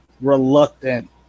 reluctant